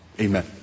Amen